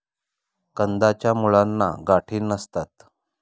कंदाच्या मुळांना गाठी नसतात